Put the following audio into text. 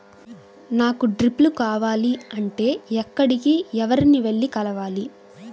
నాకు డ్రిప్లు కావాలి అంటే ఎక్కడికి, ఎవరిని వెళ్లి కలవాలి?